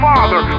Father